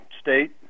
state